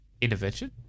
Intervention